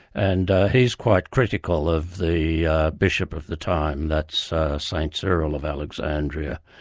and he's quite critical of the bishop of the time, that's st cyril of alexandria,